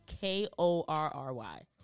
K-O-R-R-Y